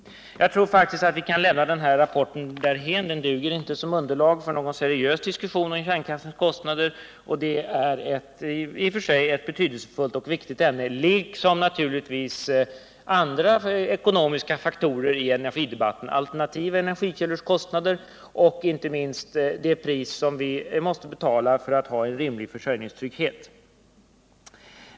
Jag tror faktiskt att vi kan lämna denna rapport därhän. Den duger inte som underlag för någon seriös diskussion om kärnkraftens kostnader. Det är i och för sig ett viktigt och betydelsefullt ämne, liksom naturligtvis andra ekonomiska faktorer i energidebatten, såsom alternativa energikällors kostnader och inte minst det pris som vi måste betala för att hålla en rimlig försörjningstrygghet.